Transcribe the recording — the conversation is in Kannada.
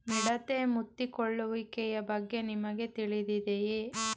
ಮಿಡತೆ ಮುತ್ತಿಕೊಳ್ಳುವಿಕೆಯ ಬಗ್ಗೆ ನಿಮಗೆ ತಿಳಿದಿದೆಯೇ?